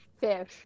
fish